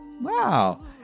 Wow